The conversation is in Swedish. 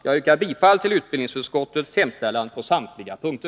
Jag yrkar bifall till utbildningsutskottets hemställan på samtliga punkter.